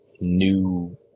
new